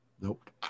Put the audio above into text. Nope